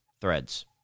Threads